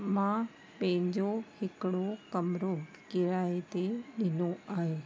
मां पंहिंजो हिकिड़ो कमिरो किराए ते ॾिनो आहे